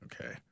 Okay